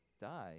die